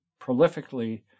prolifically